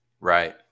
Right